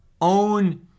own